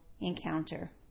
encounter